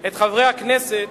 את חברי הכנסת,